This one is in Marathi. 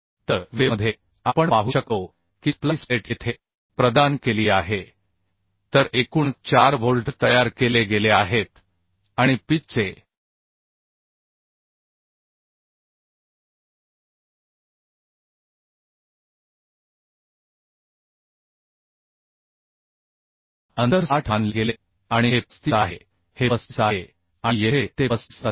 तर वेव्हमध्ये आपण पाहू शकतो की स्प्लाइस प्लेट येथे प्रदान केली आहे तर एकूण 4 व्होल्ट तयार केले गेले आहेत आणि पिच चे अंतर 60 मानले गेले आणि हे 35 आहे हे 35 आहे आणि येथे ते 35 असेल